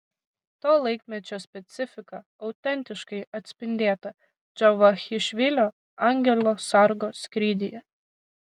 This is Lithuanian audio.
to laikmečio specifika autentiškai atspindėta džavachišvilio angelo sargo skrydyje